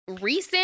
Recent